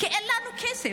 כי אין לנו כסף,